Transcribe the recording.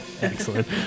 Excellent